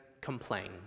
complain